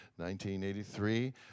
1983